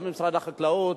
גם משרד החקלאות,